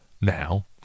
now